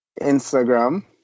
Instagram